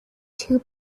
two